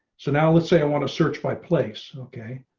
so now let's say i want to search by place. okay,